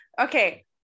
Okay